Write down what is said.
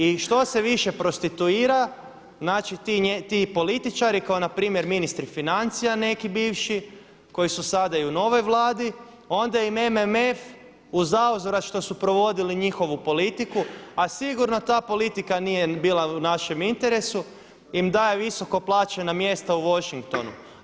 I što se više prostituira znači ti političari kao npr. ministri financija neki bivši koji su sada i u novoj Vladi onda im MMF u zauzvrat što su provodili njihovu politiku, a sigurno ta politika nije bila u našem interesu im daje visoko plaćena mjesta u Washingtonu.